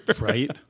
Right